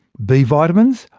b vitamins,